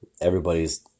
Everybody's